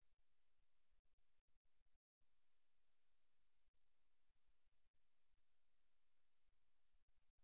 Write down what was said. மற்ற நபர் பொறுமையாக இருந்தால் உரையாடலின் மூலம் எதிர்மறையை இந்த நிலையில் எடுத்துச் செல்ல முடியும் என்று நாங்கள் நினைக்கிறோம்